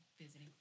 visiting